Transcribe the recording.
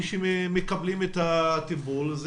מי שמקבלים את הטיפול,